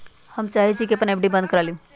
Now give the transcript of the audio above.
हम चाहई छी कि अपन एफ.डी बंद करा लिउ